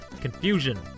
Confusion